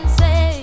say